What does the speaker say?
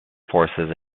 forces